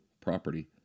property